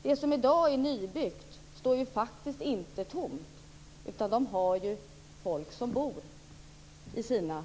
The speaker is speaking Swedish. Det som är nybyggt i dag står ju faktiskt inte tomt. Det finns folk som bor i de husen.